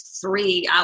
three